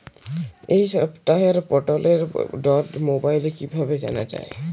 এই সপ্তাহের পটলের দর মোবাইলে কিভাবে জানা যায়?